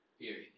Period